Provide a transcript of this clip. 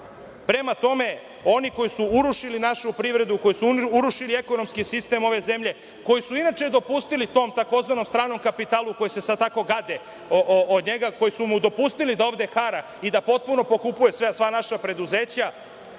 tome, oni koji su urušili našu privredu, koji su urušili ekonomski sistem ove zemlje, koji su inače dopustili tom tzv. stranom kapitalu kojeg se sada tako gade, koji su mu dopustili da ovde hara i da potpuno pokupuje sva naša preduzeća,